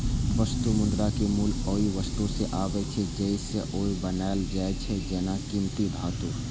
वस्तु मुद्राक मूल्य ओइ वस्तु सं आबै छै, जइसे ओ बनायल जाइ छै, जेना कीमती धातु